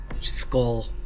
skull